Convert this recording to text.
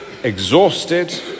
exhausted